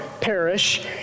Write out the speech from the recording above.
perish